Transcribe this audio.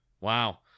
wow